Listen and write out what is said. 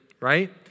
right